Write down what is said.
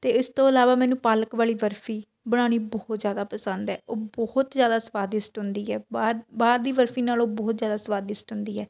ਅਤੇ ਇਸ ਤੋਂ ਇਲਾਵਾ ਮੈਨੂੰ ਪਾਲਕ ਵਾਲੀ ਬਰਫੀ ਬਣਾਉਣੀ ਬਹੁਤ ਜ਼ਿਆਦਾ ਪਸੰਦ ਹੈ ਬਹੁਤ ਜ਼ਿਆਦਾ ਸਵਾਦਿਸ਼ਟ ਹੁੰਦੀ ਹੈ ਬਾਹ ਬਾਹਰ ਦੀ ਬਰਫੀ ਨਾਲੋਂ ਬਹੁਤ ਜ਼ਿਆਦਾ ਸਵਾਦਿਸ਼ਟ ਹੁੰਦੀ ਹੈ